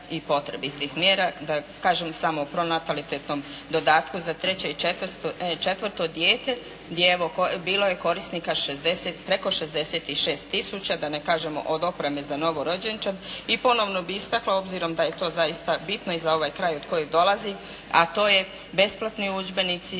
i potrebitih mjera, da kažem samo pronatalitetnom dodatku za treće i četvrto dijete, gdje evo, bilo je korisnika preko 66 tisuća da ne kažemo od opreme za novorođenčad. I ponovno bih istakla obzirom da je to zaista bitno i za ovaj kraj iz kojeg dolazim a to je besplatni udžbenici,